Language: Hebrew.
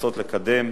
לנסות לקדם,